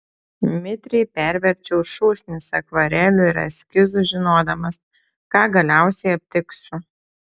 mitriai perverčiau šūsnis akvarelių ir eskizų žinodamas ką galiausiai aptiksiu